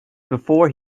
before